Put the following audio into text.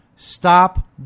Stop